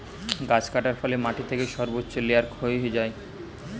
গাছ কাটার ফলে মাটি থেকে সর্বোচ্চ লেয়ার ক্ষয় হয়ে যায়